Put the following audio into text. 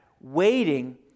waiting